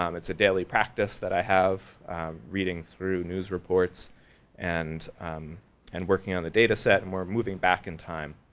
um it's a daily practice that i have reading through news reports and um and working on the data set and we're moving back in time,